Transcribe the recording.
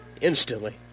instantly